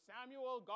Samuel